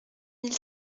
mille